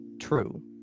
true